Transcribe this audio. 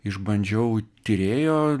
išbandžiau tyrėjo